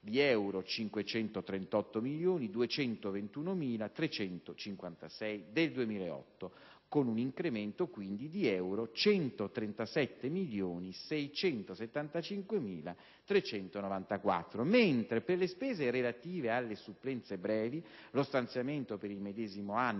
contro 538.221.356 euro del 2008, con un incremento quindi di 137.675.394 euro, mentre per le spese relative alle supplenze brevi lo stanziamento per il medesimo anno